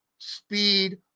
speed